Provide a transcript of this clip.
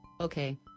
okay